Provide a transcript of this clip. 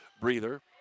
breather